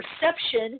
perception